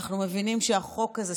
אנחנו מבינים שהחוק הזה,